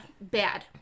Bad